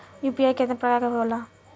UPI केतना प्रकार के होला?